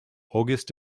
august